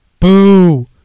Boo